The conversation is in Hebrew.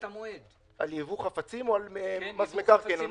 על ייבוא חפצים או על מס מקרקעין?